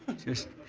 just,